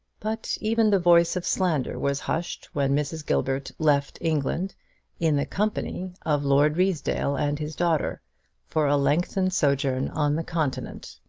but even the voice of slander was hushed when mrs. gilbert left england in the company of lord ruysdale and his daughter for a lengthened sojourn on the continent.